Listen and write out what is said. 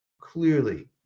clearly